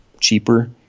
cheaper